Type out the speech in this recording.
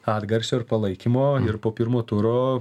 atgarsio ir palaikymo ir po pirmo turo